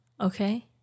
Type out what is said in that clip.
Okay